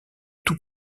tout